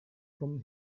from